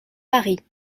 paris